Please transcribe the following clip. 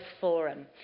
Forum